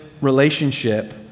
relationship